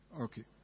Okay